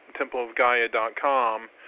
templeofgaia.com